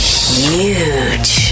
huge